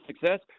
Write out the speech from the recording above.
success